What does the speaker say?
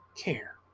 care